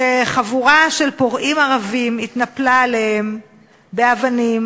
שחבורה של פורעים ערבים התנפלה עליהם באבנים,